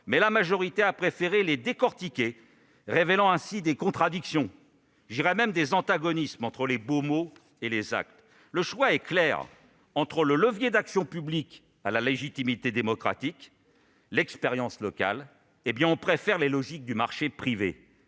Mais la majorité a préféré les décortiquer, révélant ainsi des contradictions, voire des antagonismes entre les beaux mots et les actes. Le choix est clair : au levier d'action publique qui a une légitimité démocratique, à l'expérience locale, on préfère les logiques du marché privé,